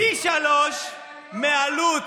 פי שלושה מעלות